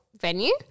venue